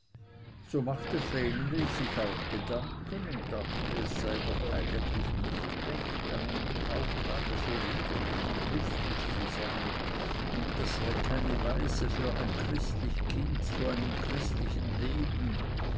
so machte vreneli sich auch gedanken und dachte es sei doch eigentlich nicht recht an einem tauftage so liederlich und lustig zu sein das sei keine weise für ein christlich kind zu einem christlichen leben